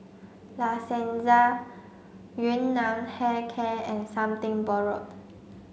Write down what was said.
La Senza Yun Nam Hair Care and Something Borrowed